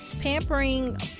pampering